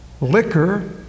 Liquor